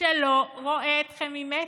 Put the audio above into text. שלא רואה אתכם ממטר?